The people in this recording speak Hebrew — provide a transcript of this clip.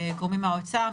גורמים מהאוצר,